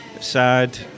sad